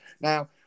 Now